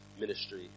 ministry